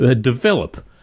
develop